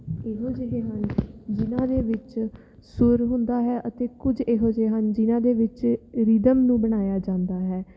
ਇਹੋ ਜਿਹੇ ਹਨ ਜਿਨ੍ਹਾਂ ਦੇ ਵਿੱਚ ਸੁਰ ਹੁੰਦਾ ਹੈ ਅਤੇ ਕੁਝ ਇਹੋ ਜਿਹੇ ਹਨ ਜਿਨ੍ਹਾਂ ਦੇ ਵਿੱਚ ਰੀਦਮ ਨੂੰ ਬਣਾਇਆ ਜਾਂਦਾ ਹੈ